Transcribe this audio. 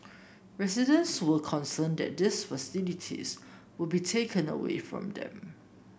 residents were concerned that these facilities would be taken away from them